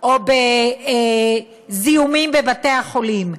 או מזיהומים בבתי-החולים.